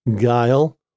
guile